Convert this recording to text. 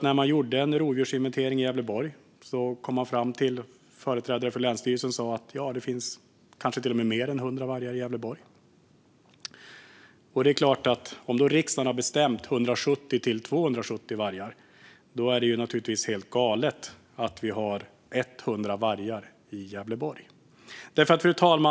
När man gjorde en rovdjursinventering i Gävleborg sa företrädare för länsstyrelsen att det kanske till och med fanns fler än 100 vargar i Gävleborg. Om riksdagen har bestämt att antalet ska vara 170-270 vargar är det naturligtvis helt galet att vi har 100 vargar i Gävleborg. Fru talman!